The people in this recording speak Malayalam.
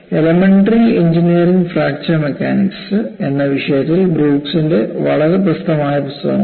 "എലിമെന്ററി എഞ്ചിനീയറിംഗ് ഫ്രാക്ചർ മെക്കാനിക്സ്" എന്ന വിഷയത്തിൽ ബ്രൂക്കിന്റെ വളരെ പ്രസിദ്ധമായ പുസ്തകം ഉണ്ട്